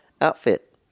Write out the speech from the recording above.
outfit